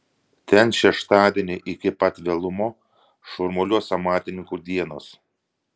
ten šeštadienį iki pat vėlumo šurmuliuos amatininkų dienos